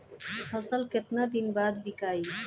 फसल केतना दिन बाद विकाई?